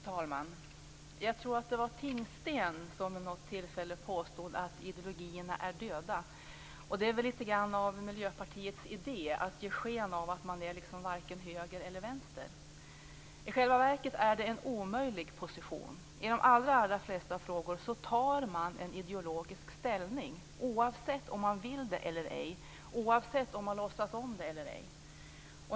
Fru talman! Jag tror att det var Herbert Tingsten som vid något tillfälle påstod att ideologierna är döda. Det är väl lite grann av Miljöpartiets idé att ge sken av att man är liksom varken höger eller vänster. I själva verket är det en omöjlig position. I de allra flesta frågor tar man ställning ideologiskt, oavsett om man vill det eller ej och oavsett om man låtsas om det eller ej.